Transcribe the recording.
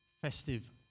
festive